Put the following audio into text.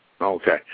Okay